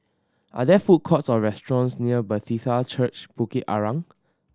are there food courts or restaurants near Bethesda Church Bukit Arang